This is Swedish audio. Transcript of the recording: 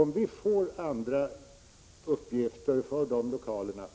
Om vi får andra uppgifter för de lokalerna,